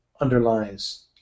underlies